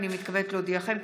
הינני מתכבדת להודיעכם,